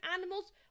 animals